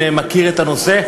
מכיר את הנושא.